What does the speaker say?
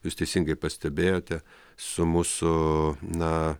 jūs teisingai pastebėjote su mūsų na